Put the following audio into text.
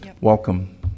welcome